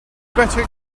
better